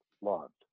loved